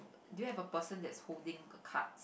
do you have a person that's holding a card